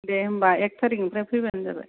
दे होनबा एक थारिकनिफ्राय फैबानो जाबाय